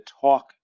talk